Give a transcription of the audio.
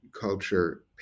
culture